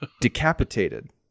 decapitated